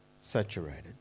saturated